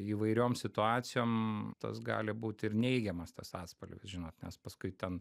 įvairioms situacijom tas gali būti ir neigiamas tas atspalvis žinot nes paskui ten